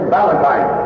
Valentine